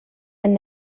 and